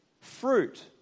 Fruit